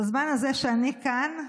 בזמן הזה שאני כאן,